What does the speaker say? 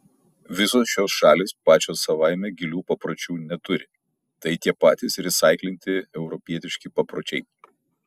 visos šios šalys pačios savaime gilių papročių neturi tai tie patys resaiklinti europietiški papročiai